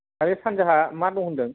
आरो सानजाहा मा दं होन्दों